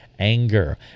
anger